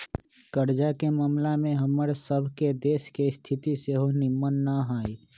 कर्जा के ममला में हमर सभ के देश के स्थिति सेहो निम्मन न हइ